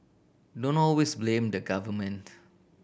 don't always blame the government